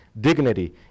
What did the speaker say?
dignity